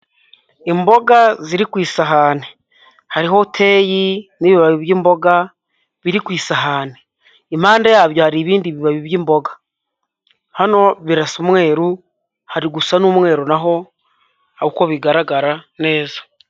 Imboga ziri ku isahani, hariho teyi n'ibibabi by'imboga biri ku isahani. Impande yabyo hari ibindi bibabi by'imboga. Hano birasa umweru, hari gusa n'umweru naho uko bigaragara neza.